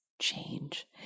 change